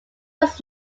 was